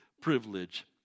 privilege